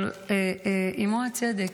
אבל עימו הצדק.